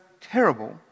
terrible